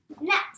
Next